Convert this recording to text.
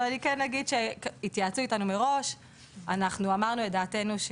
אבל אני כן אגיד שהתייעצו איתנו מראש ואנחנו אמרנו את דעתנו,